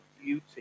beauty